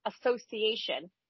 association